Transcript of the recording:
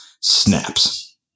snaps